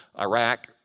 Iraq